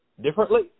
differently